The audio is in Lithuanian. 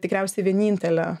tikriausiai vienintelė